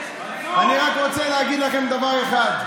אני רק רוצה להגיד לכם דבר אחד.